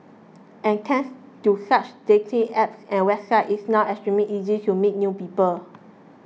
and thanks to such dating apps and websites it's now extremely easy to meet new people